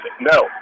No